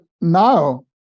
now